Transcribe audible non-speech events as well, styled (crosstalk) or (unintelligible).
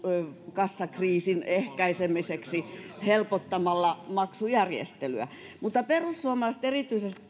kassakriisin ehkäisemiseksi helpottamalla maksujärjestelyä perussuomalaiset erityisesti (unintelligible)